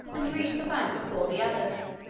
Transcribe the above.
and reached the bank before the others.